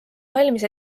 valmis